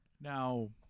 Now